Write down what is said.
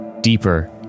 deeper